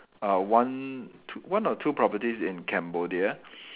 uh one t~ one or two properties in Cambodia